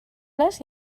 les